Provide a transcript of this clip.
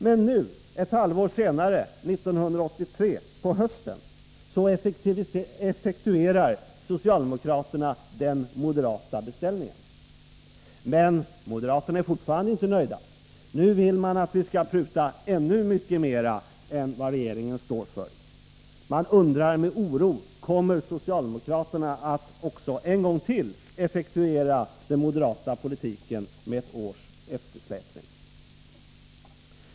Men nu, ett halvår senare, 1983 på hösten, effektuerar socialdemokraterna den moderata beställningen. Men moderaterna är fortfarande inte nöjda. Nu vill man att vi skall pruta ännu mycket mer än regeringen står för. Jag undrar med oro: Kommer socialdemokraterna att en gång till effektuera den moderata politiken med ett års eftersläpning?